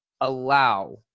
allow